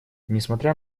несмотря